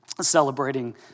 celebrating